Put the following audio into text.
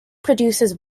produces